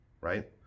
right